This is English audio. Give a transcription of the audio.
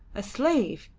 a slave!